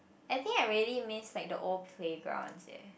I think I really miss like the old playgrounds eh